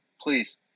please